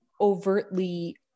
overtly